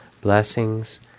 blessings